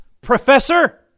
professor